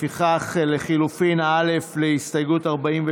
לפיכך לחלופין א' להסתייגות 43,